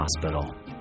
hospital